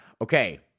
Okay